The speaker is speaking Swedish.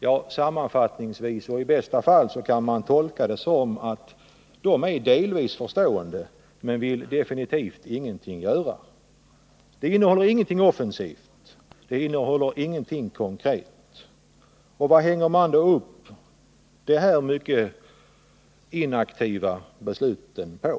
Ja, sammanfattningsvis och i bästa fall kan man tolka det som att man delvis är förstående men att man definitivt inte vill göra någonting. Betänkandet innehåller ingenting offensivt och ingenting konkret. Vad hänger man då upp de här mycket inaktiva besluten på?